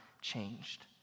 changed